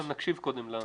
לא, נקשיב קודם לדוברים.